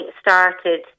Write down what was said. started